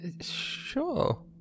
Sure